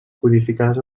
codificades